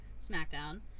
SmackDown